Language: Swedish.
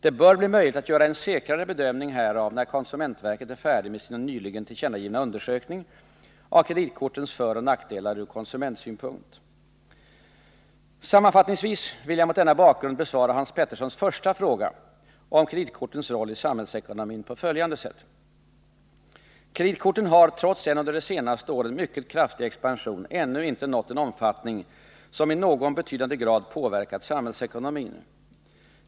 Det bör bli möjligt att göra en säkrare bedömning härav när konsumentverket är färdigt med sin nyligen tillkännagivna undersökning av kreditkortens föroch nackdelar ur konsumentsynpunkt. Sammanfattningsvis vill jag mot denna bakgrund besvara Hans Peterssons första fråga om kreditkortens roll i samhällsekonomin på följande sätt. Kreditkorten har trots en under de senaste åren mycket kraftig expansion ännu inte nått en omfattning som i någon betydande grad påverkat samhällsekonomin.